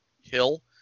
hill